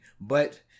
But-